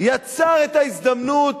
יצר את ההזדמנות